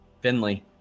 Finley